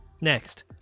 Next